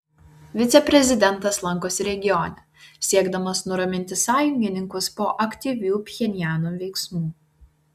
viceprezidentas lankosi regione siekdamas nuraminti sąjungininkus po aktyvių pchenjano veiksmų